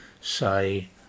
say